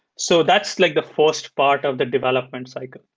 so that's like the first part of the development cycle.